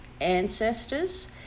ancestors